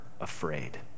afraid